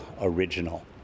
original